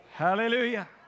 Hallelujah